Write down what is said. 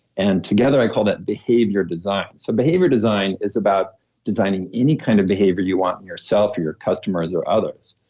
and together i call that behavior design so behavior design is about designing any kind of behavior you want in yourself or your customers or others.